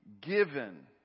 given